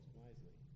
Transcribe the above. wisely